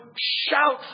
shout